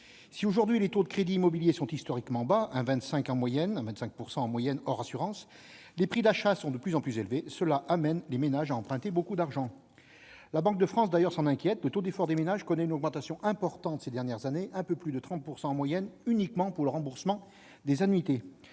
Si, aujourd'hui, les taux de crédits immobiliers sont historiquement bas, avec 1,25 % en moyenne hors assurance, les prix d'achat sont de plus en plus élevés. Cette situation amène les ménages à emprunter beaucoup d'argent. La Banque de France, d'ailleurs, s'en inquiète. Le taux d'effort des ménages a connu une augmentation importante ces dernières années, avec un peu plus de 30 % des revenus consacrés, en moyenne, au remboursement des échéances.